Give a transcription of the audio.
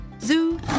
Zoo